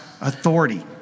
authority